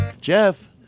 Jeff